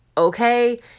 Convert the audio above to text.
okay